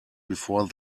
before